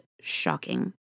shocking